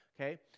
Okay